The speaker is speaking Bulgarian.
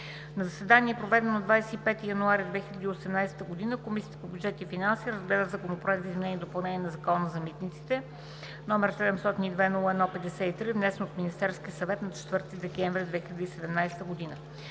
На заседание, проведено на 25 януари 2018 г., Комисията по бюджет и финанси разгледа Законопроект за изменение и допълнение на Закона за митниците, № 702-01-53, внесен от Министерския съвет на 4 декември 2017 г.